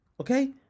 okay